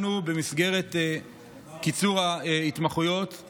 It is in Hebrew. במסגרת קיצור ההתמחויות אנחנו